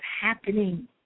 happening